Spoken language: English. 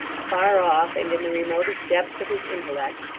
afar off and in the remotest depths of his intellect,